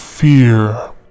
Fear